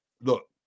look